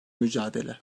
mücadele